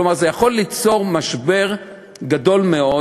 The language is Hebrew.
כלומר, זה יכול ליצור משבר גדול מאוד.